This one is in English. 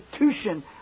institution